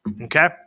Okay